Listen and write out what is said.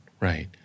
right